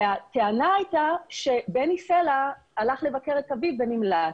הטענה הייתה שבני סלע הלך לבקר את אביו ונמלט.